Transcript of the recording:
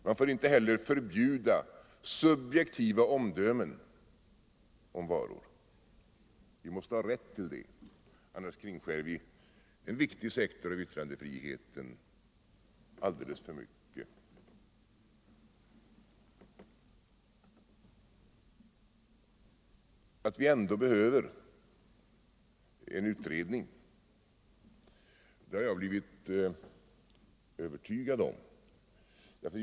Man får inte heller förbjuda subjektiva omdömen om varor. Vi måste ha rätt till detta, annars kringskärs alldeles för mycket en viktig sektor i yttrandefriheten. Att vi ändå behöver en utredning har jag blivit övertygad om.